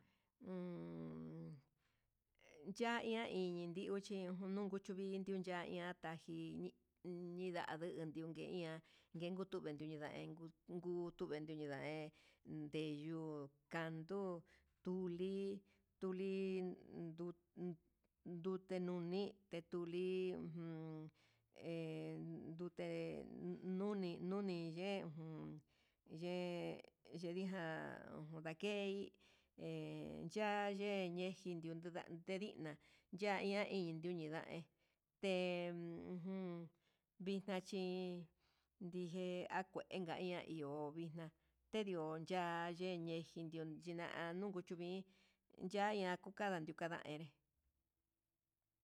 Uun yaina indii iho chi niku yuvii, indio ya'a yata njini ñinda nendun iha ngutu ian nduun ve'e he ndiun ndutu inda ve'e, ndeyuu kanduu tuli tuli ndu ndute nuni nde tuli ujun hé ndute nuni nuni ye'e jun yé, yendijan ndakei he ya ye ñe'e xhindio na'a kenina ya iha induuña ñinda hé, te ujun vixna chí ndije akuenka ian iho vixna té dio ya'a yeñe tejindio china'a nukuchui yandia tukanda kukañenré.